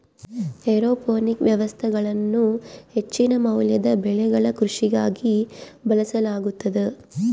aeroponic ವ್ಯವಸ್ಥೆಗಳನ್ನು ಹೆಚ್ಚಿನ ಮೌಲ್ಯದ ಬೆಳೆಗಳ ಕೃಷಿಗಾಗಿ ಬಳಸಲಾಗುತದ